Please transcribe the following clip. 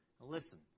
Listen